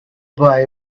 boy